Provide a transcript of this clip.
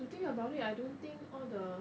to think about it I don't think all the